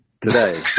Today